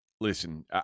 Listen